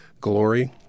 glory